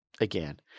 again